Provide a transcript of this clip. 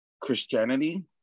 christianity